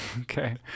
Okay